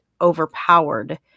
overpowered